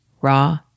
raw